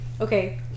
okay